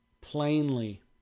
plainly